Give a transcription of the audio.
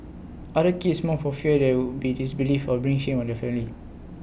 others keeps mum for fear that they would be disbelieved or bring shame on their family